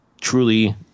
truly